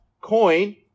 coin